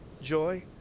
joy